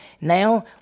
now